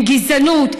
עם גזענות,